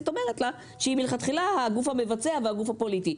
אומרת לה שהיא מלכתחילה הגוף המבצע והגוף הפוליטי.